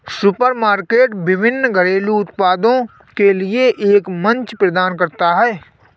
supermarket विभिन्न घरेलू उत्पादों के लिए एक मंच प्रदान करता है